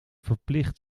verplicht